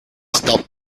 stopped